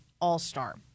All-Star